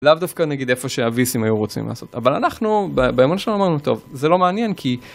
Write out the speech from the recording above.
לאו דווקא נגיד איפה שהוויסים היו רוצים לעשות אבל אנחנו באמת אמרנו טוב זה לא מעניין כי.